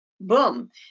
boom